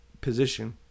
position